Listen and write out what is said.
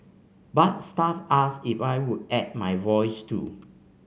but staff asked if I would add my voice too